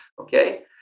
okay